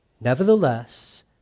Nevertheless